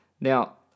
Now